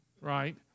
right